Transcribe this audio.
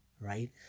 right